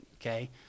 okay